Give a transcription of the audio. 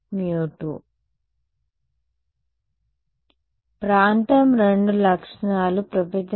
విద్యార్థి కాబట్టి పరావర్తించే గుణకం లేదని నేను భావిస్తున్నాను